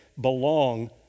belong